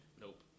nope